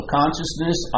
consciousness